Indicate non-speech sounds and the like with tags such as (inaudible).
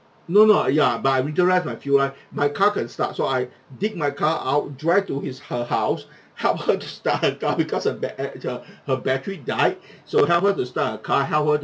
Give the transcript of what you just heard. no no uh ya but I winterize my fuel line my car can start so I dig my car out drive to his her house help her to start (laughs) her car because her ba~ atter~ her battery died so help her to start her car help her to